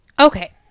Okay